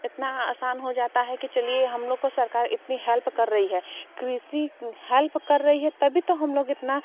इतना आसान हो जाता है कि चलिए हम लोग को सरकार इतनी हेल्प कर रही है कृषि हेल्प कर रही है तभी तो हम लोग इतना